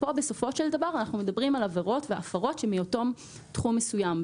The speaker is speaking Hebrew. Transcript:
כאן בסופו של דבר אנחנו מדברים על עבירות והפרות שהן מאותו תחום מסוים.